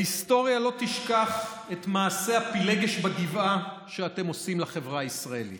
ההיסטוריה לא תשכח את מעשה הפילגש בגבעה שאתם עושים לחברה הישראלית,